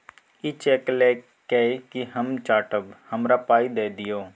इ चैक लए कय कि हम चाटब? हमरा पाइ दए दियौ